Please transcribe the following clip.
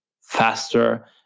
faster